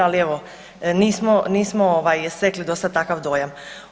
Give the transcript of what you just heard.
Ali evo nismo stekli do sada takav dojam.